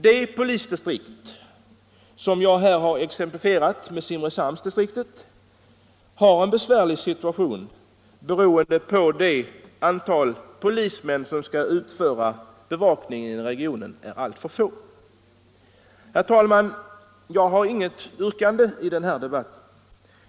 De polisdistrikt som jag här exemplifierat med Simrishamnsdistriktet har en besvärlig situation beroende på att det antal polismän som skall utföra bevakningen i regionen är alltför litet. Herr talman! Jag har inget yrkande i den här debatten.